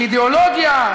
של אידיאולוגיה,